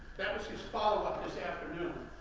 that was his follow up this afternoon,